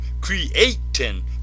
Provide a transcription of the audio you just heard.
creating